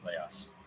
playoffs